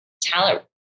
talent